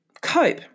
cope